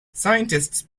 scientists